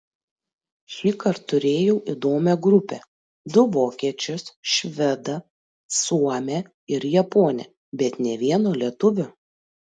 šįkart turėjau įdomią grupę du vokiečius švedą suomę ir japonę bet nė vieno lietuvio